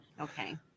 okay